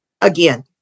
Again